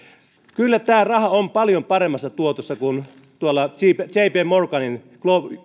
kyllä tämä raha on paljon paremmassa tuotossa siinä kuin tuolla j p morganin